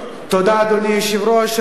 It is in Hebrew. אדוני היושב-ראש,